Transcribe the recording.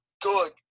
good